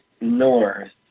north